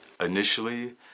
Initially